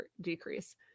decrease